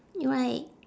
right